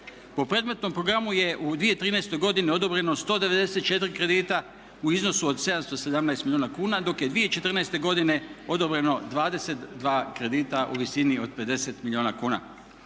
Po predmetnom programu je u 2013. godini odobreno 194 kredita u iznosu od 717 milijuna kuna, dok je 2014. godine odobreno 22 kredita u visini od 50 milijuna kuna.